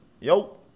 Yo